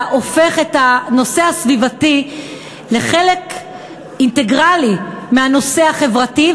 על שאתה הופך את הנושא הסביבתי לחלק אינטגרלי מהנושא החברתי.